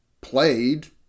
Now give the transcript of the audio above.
played